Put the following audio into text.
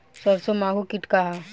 सरसो माहु किट का ह?